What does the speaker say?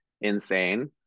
Insane